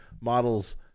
models